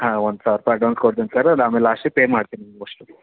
ಹಾಂ ಒಂದು ಸಾವ್ರ ರೂಪಾಯಿ ಅಡ್ವಾನ್ಸ್ ಕೊಡ್ತೀನಿ ಸರ್ ಅದು ಆಮೇಲೆ ಲಾಸ್ಟಿಗೆ ಪೇ ಮಾಡ್ತೀನಿ ನಿಮ್ಗೆ ಅಷ್ಟೂ